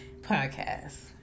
podcast